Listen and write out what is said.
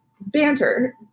banter